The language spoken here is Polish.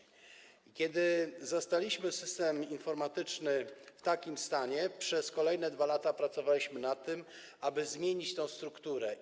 I kiedy zastaliśmy systemy informatyczne w takim stanie, przez kolejne dwa lata pracowaliśmy nad tym, aby zmienić tę strukturę.